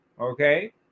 okay